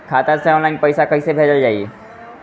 खाता से ऑनलाइन पैसा कईसे भेजल जाई?